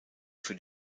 für